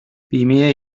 بیمه